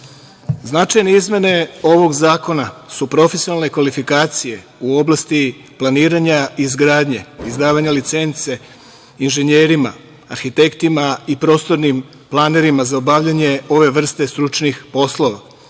značajne izmene ovog zakona su profesionalne kvalifikacije u oblasti planiranja i izgradnje, izdavanje licence inženjerima, arhitektima i prostornim planerima za obavljanje ove vrste stručnih poslova.